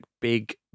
big